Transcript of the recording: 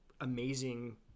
amazing